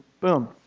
boom